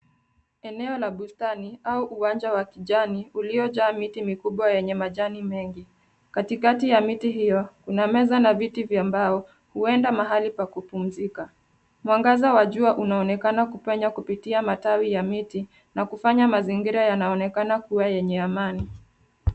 Eneo la bustani au uwanja wa kijani uliojaa miti mikubwa yenye majani mengi. Katikati ya miti hiyo, kuna meza na viti vya mbao, huenda mahali pa kupumzika. Mwangaza wa jua unaonekana kupenya kupitia matawi ya miti na kufanya mazingira yanaonekana kuwa yenye amani.